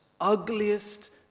ugliest